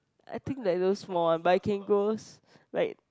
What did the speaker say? I think like those small one but I can goes like